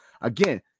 again